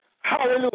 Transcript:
Hallelujah